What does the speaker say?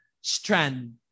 strand